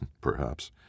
Perhaps